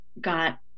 got